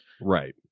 right